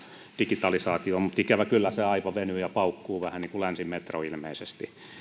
digitalisaatio mutta ikävä kyllä se aipa venyy ja paukkuu vähän niin kuin länsimetro ilmeisesti